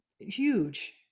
huge